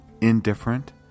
indifferent